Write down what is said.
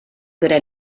gyda